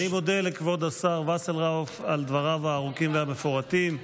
אני מודה לכבוד השר וסרלאוף על דבריו הארוכים והמפורטים.